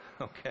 Okay